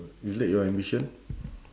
is that your ambition